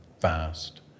fast